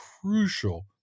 crucial